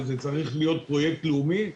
וזה צריך להיות פרויקט לאומי,